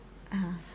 ha